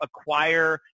acquire